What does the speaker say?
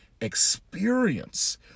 experience